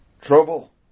trouble